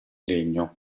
legno